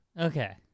Okay